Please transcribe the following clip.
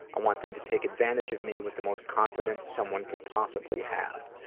i want them to take advantage of me with the most confidence someone could possibly have.